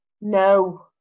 No